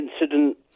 incident